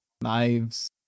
knives